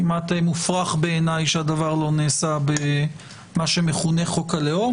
כמעט מופרך בעיני שהדבר לא נעשה במה שמכונה "חוק הלאום",